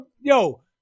Yo